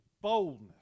boldness